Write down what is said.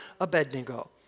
Abednego